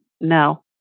No